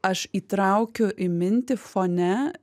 aš įtraukiu į mintį fone